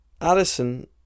Addison